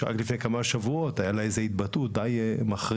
שרק לפני כמה שבועות היתה לה איזה התבטאות די מחרידה,